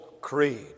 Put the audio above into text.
Creed